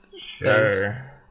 Sure